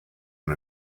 and